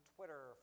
Twitter